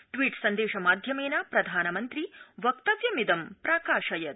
tweet सन्देश माध्यमेन प्रधानमन्त्री वक्तव्यमिदं प्राकाशयत्